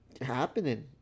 happening